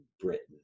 Britain